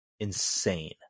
insane